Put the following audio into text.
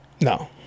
No